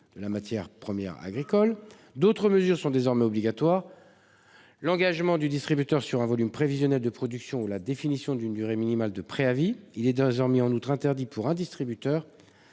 de la matière première agricole. D'autres mesures sont désormais obligatoires, comme l'engagement du distributeur sur un volume prévisionnel de production et la définition d'une durée minimale de préavis. En outre, il est désormais interdit pour un distributeur